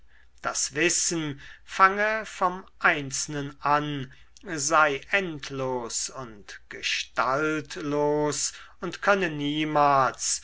das wissen fange vom einzelnen an sei endlos und gestaltlos und könne niemals